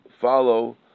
follow